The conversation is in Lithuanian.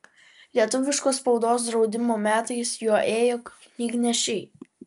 lietuviškos spaudos draudimo metais juo ėjo knygnešiai